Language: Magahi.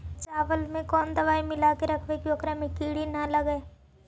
चावल में कोन दबाइ मिला के रखबै कि ओकरा में किड़ी ल लगे?